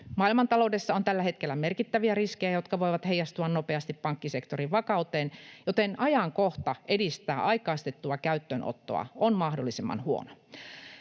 Maailmantaloudessa on tällä hetkellä merkittäviä riskejä, jotka voivat heijastua nopeasti pankkisektorin vakauteen, joten ajankohta edistää aikaistettua käyttöönottoa on mahdollisimman huono.